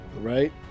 Right